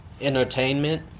entertainment